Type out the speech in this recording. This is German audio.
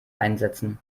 einsetzen